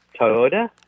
Toyota